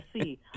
see